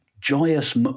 joyous